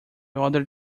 other